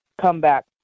comeback